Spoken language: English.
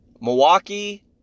Milwaukee